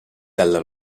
dalla